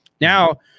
Now